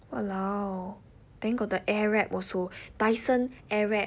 !walao! then got the airwrap also Dyson airwrap